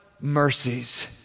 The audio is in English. mercies